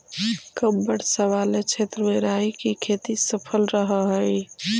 कम वर्षा वाले क्षेत्र में राई की खेती सफल रहअ हई